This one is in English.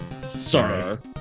Sir